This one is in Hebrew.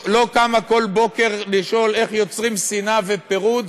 לא קמה כל בוקר לשאול איך יוצרים שנאה ופירוד,